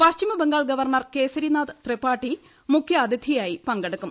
Paschim Bangal governor Kesarinath Tripathi മുഖ്യാതിഥിയായി പങ്കെടുക്കും